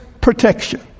protection